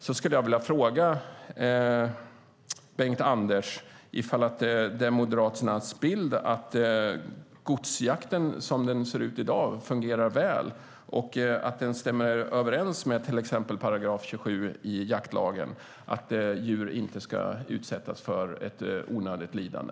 Då skulle jag vilja fråga Bengt-Anders om det är Moderaternas bild att godsjakten, som den ser ut i dag, fungerar väl och att den stämmer överens med till exempel § 27 i jaktlagen om att djur inte ska utsättas för ett onödigt lidande.